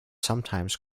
sometimes